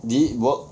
did it work